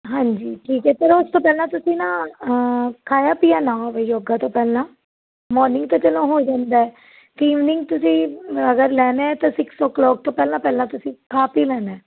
ਹਾਂਜੀ ਠੀਕ ਹੈ ਚਲੋ ਉਸ ਤੋਂ ਪਹਿਲਾਂ ਤੁਸੀਂ ਨਾ ਖਾਇਆ ਪੀਆ ਨਾ ਹੋਵੇ ਯੋਗਾ ਤੋਂ ਪਹਿਲਾਂ ਮੋਰਨਿੰਗ ਤਾਂ ਚਲੋ ਹੋ ਜਾਂਦਾ ਈਵਨਿੰਗ ਤੁਸੀਂ ਅਗਰ ਲੈਣਾ ਤਾਂ ਸਿਕਸ ਓ ਕਲੋਕ ਤੋਂ ਪਹਿਲਾਂ ਪਹਿਲਾਂ ਤੁਸੀਂ ਖਾ ਪੀ ਲੈਣਾ